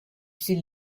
suit